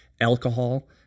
alcohol